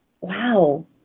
wow